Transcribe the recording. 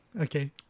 Okay